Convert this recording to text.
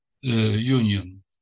union